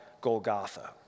Golgotha